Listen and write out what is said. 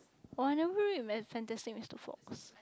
oh I never read Fantastic-Mr-Fox